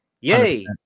Yay